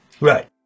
Right